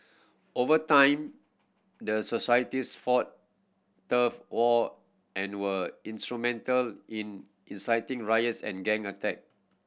over time the societies fought turf war and were instrumental in inciting riots and gang attack